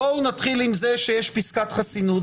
בואו נתחיל עם זה שיש פסקת חסינות.